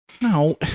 No